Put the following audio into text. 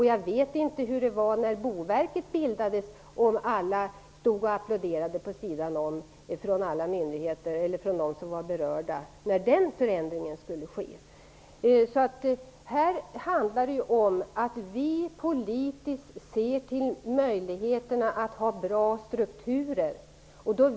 Jag vet inte om alla myndigheter och de som var berörda applåderade när förändringen i Boverket genomfördes. Här handlar det om att vi politiskt ser till möjligheterna att ha bra strukturer.